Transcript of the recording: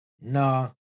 no